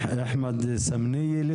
אחמד סמניה עם